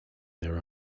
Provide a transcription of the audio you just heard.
their